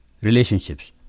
relationships